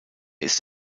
ist